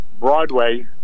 Broadway